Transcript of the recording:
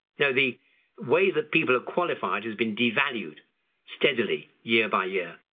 now, the way that people are qualified, has been devalued steadily year by year.